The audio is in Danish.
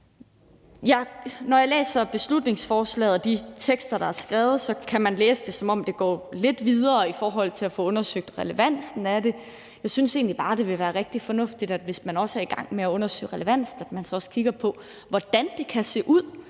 Når jeg læser beslutningsforslaget og de tekster, der er skrevet, kan det se ud, som om det går lidt videre i forhold til at få undersøgt relevansen af det. Jeg synes egentlig bare, det vil være rigtig fornuftigt, hvis man er i gang med at undersøge relevansen, at man så også kigger på, hvordan det kan se ud,